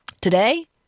today